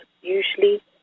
usually